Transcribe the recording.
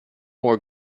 more